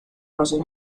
pasos